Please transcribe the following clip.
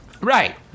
Right